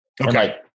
Okay